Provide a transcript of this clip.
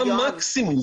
זה המקסימום.